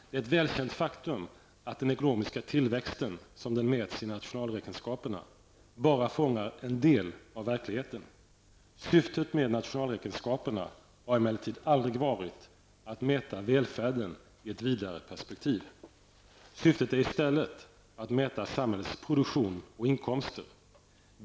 Det är ett välkänt faktum att den ekonomiska tillväxten, som den mäts i nationalräkenskaperna, bara fångar en del av verkligheten. Syftet med nationalräkenskaperna har emellertid aldrig varit att mäta välfärden i ett vidare perspektiv. Syftet är i stället att mäta samhällets produktion och inkomster.